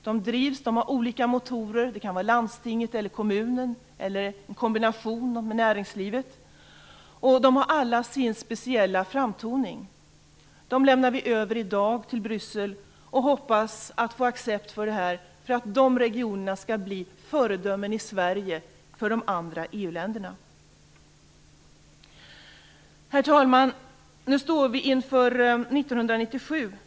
De drivs av olika motorer - det kan vara landstinget eller kommunen eller en kombination med näringlivet - och de har alla sin speciella framtoning. Vi lämnar i dag över dem till Bryssel och hoppas att få acceptans för att de regionerna skall bli föredömen i Sverige för de andra EU Herr talman! Vi står nu inför 1997.